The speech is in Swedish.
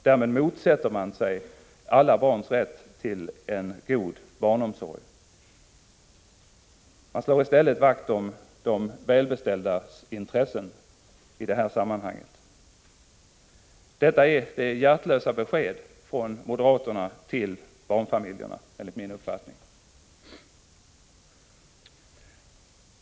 Därigenom motsätter man sig alla barns rätt till en god barnomsorg. Man slår i stället vakt om de välbeställdas intressen i det här sammanhanget. Detta är enligt min mening det hjärtlösa beskedet från moderaterna till barnfamiljerna.